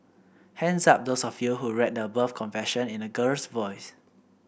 hands up those of you who read the above confession in a girl's voice